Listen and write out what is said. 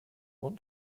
want